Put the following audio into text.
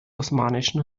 osmanischen